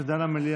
שבו דנה המליאה